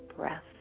breath